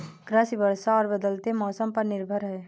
कृषि वर्षा और बदलते मौसम पर निर्भर है